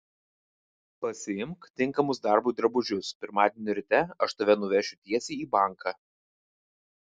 pasiimk tinkamus darbui drabužius pirmadienio ryte aš tave nuvešiu tiesiai į banką